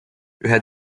ühe